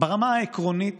ברמה העקרונית